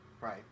Right